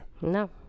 No